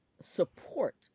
support